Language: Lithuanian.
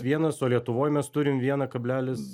vienas o lietuvoj mes turim vieną kablelis